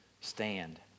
stand